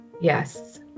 Yes